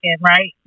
right